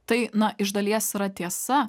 tai na iš dalies yra tiesa